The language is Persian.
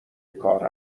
کار